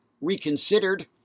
Reconsidered